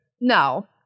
no